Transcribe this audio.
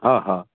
हा हा